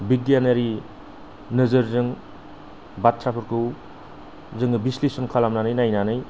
बिगियानारि नोजोरजों बाथ्राफोरखौ जोङो बिसलिशन खालामनानै नायनानै